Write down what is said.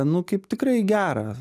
nu kaip tikrai gerą